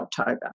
October